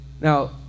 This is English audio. Now